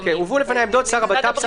הובאו לפניו עמדות השר לביטחון פנים,